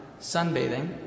sunbathing